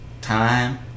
Time